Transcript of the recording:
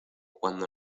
cuando